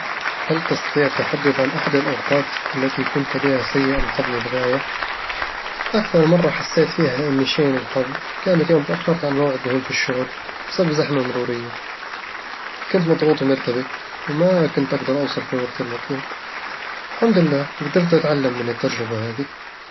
هل تستطيع التحدث عن أحد الأوقات التي كنت بها سيّئ الحظ للغاية؟ اكثر مرة حسيت فيها إنّي شين الحظ كانت يوم تأخرت عن موعد مهم في الشغل بسبب زحمة مرورية كنت مضغوط ومرتبك، وما كنت أقدر أوصل في الوقت المطلوب الحمد لله قدرت أتعلم من التجربة هذي